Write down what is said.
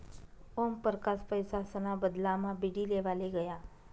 ओमपरकास पैसासना बदलामा बीडी लेवाले गया